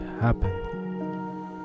happen